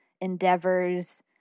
endeavors